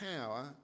power